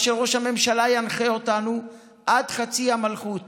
מה שראש הממשלה ינחה אותנו, עד חצי המלכות